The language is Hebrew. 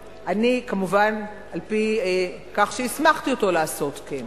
בזה, אני, כמובן, על-פי כך שהסמכתי אותו לעשות כן.